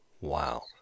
Wow